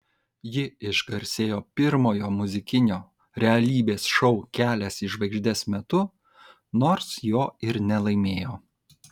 ji išgarsėjo pirmojo muzikinio realybės šou kelias į žvaigždes metu nors jo ir nelaimėjo